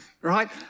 right